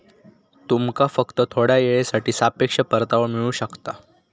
तुमका फक्त थोड्या येळेसाठी सापेक्ष परतावो मिळू शकता